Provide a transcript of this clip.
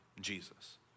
Jesus